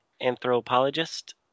anthropologist